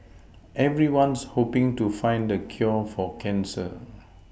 everyone's hoPing to find the cure for cancer